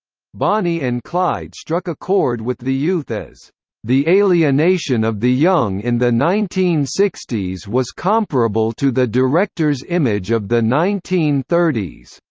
bonnie and clyde struck a chord with the youth as the alienation of the young in the nineteen sixty s was comparable to the director's image of the nineteen thirty s.